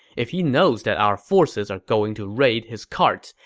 if he knows that our forces are going to raid his carts,